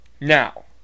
Now